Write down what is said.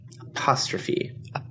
Apostrophe